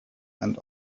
and